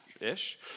ish